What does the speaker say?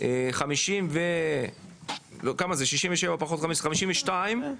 52 ,